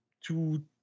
Two